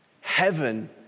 Heaven